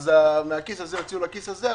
אז מהכיס הזה יוציאו לכיס הזה,